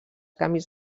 canvis